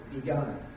begun